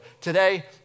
today